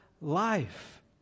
life